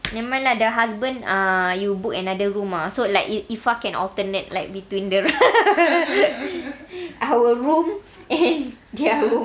never mind lah the husband ah you book another room ah so like if~ iffah can alternate like between the our room and their room